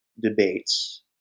debates